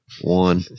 one